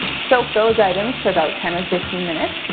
soak those items for about ten or fifteen minutes.